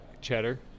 Cheddar